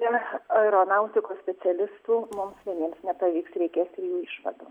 be aeronautikos specialistų mums vieniems nepavyks reikės jų išvadų